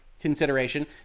consideration